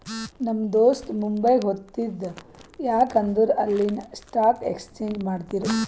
ನಮ್ ದೋಸ್ತ ಮುಂಬೈಗ್ ಹೊತ್ತಿದ ಯಾಕ್ ಅಂದುರ್ ಅಲ್ಲಿನೆ ಸ್ಟಾಕ್ ಎಕ್ಸ್ಚೇಂಜ್ ಮಾಡ್ತಿರು